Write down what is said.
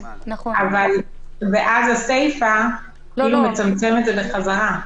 ואז הסיפא מצמצמת את זה בחזרה.